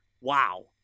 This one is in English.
wow